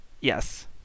Yes